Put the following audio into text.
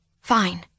fine